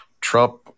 Trump